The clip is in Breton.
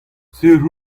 sur